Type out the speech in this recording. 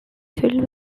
filled